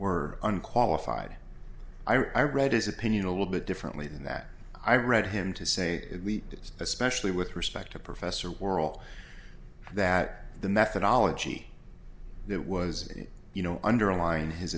were unqualified i read his opinion a little bit differently than that i read him to say it we did especially with respect to professor oral that the methodology that was you know underlying his